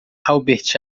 albert